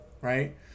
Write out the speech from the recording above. right